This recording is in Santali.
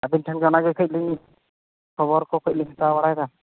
ᱟᱹᱵᱤᱱ ᱴᱷᱮᱱᱠᱷᱚᱱ ᱚᱱᱟᱜᱮ ᱠᱟᱹᱡᱞᱤᱧ ᱠᱷᱚᱵᱚᱨᱠᱚ ᱠᱟᱹᱡ ᱞᱤᱧ ᱦᱟᱛᱟᱣ ᱵᱟᱲᱟᱭᱮᱫᱟ